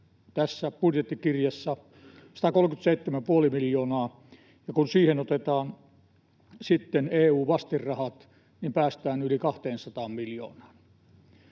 tässä budjettikirjassa 137,5 miljoonaa. Kun siihen otetaan EU:n vastinrahat, päästään yli 200 miljoonaan.